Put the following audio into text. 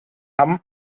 hamm